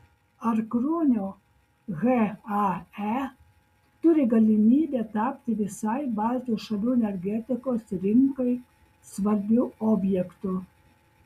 ar kruonio hae turi galimybę tapti visai baltijos šalių energetikos rinkai svarbiu objektu